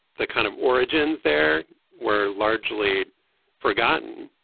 the kind of origins there were largely forgotten.